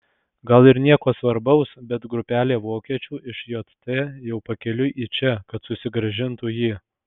gal ir nieko svarbaus bet grupelė vokiečių iš jt jau pakeliui į čia kad susigrąžintų jį